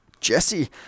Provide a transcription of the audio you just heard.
jesse